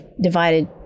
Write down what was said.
divided